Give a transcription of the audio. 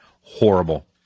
horrible